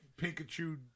Pikachu